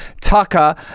Tucker